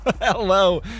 Hello